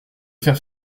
faire